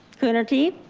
coonerty?